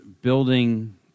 building